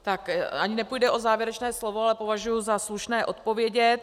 Tak ani nepůjde o závěrečné slovo, ale považuji za slušné odpovědět.